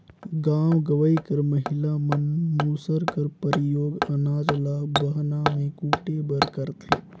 गाँव गंवई कर महिला मन मूसर कर परियोग अनाज ल बहना मे कूटे बर करथे